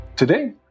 Today